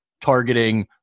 targeting